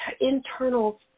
internal